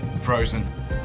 Frozen